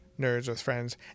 nerdswithfriends